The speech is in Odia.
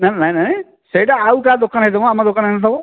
ନା ନାଇଁ ନାଇଁ ସେଇଟା ଆଉ କାହା ଦୋକାନ ହେଇଥିବ ମ ଆମ ଦୋକାନ ହେଇନଥିବ